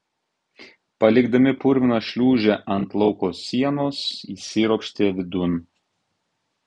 palikdami purviną šliūžę ant lauko sienos įsiropštė vidun